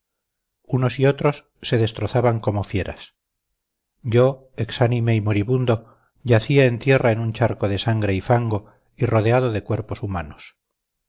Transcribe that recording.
unos y otros se destrozaban como fieras yo exánime y moribundo yacía en tierra en un charco de sangre y fango y rodeado de cuerpos humanos